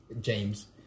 james